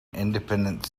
independent